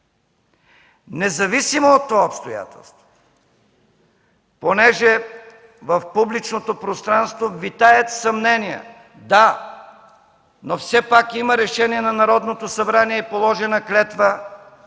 Независимо от това обстоятелство, понеже в публичното пространство витаят съмнения – да, но все пак има решение на Народното събрание и положена клетва,